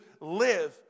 live